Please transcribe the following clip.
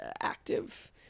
active